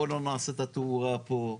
בואו לא נעשה את התאורה פה.